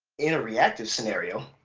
in a reactive scenario,